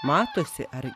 matosi ar